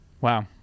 wow